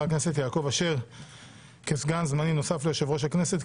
הכנסת יעקב אשר כסגן זמני נוסף ליושב-ראש הכנסת.